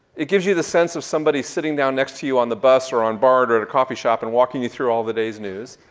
it gives you the sense of somebody sitting down next to you on the bus or on bart or at a coffee shop and walking you through all of the day's news.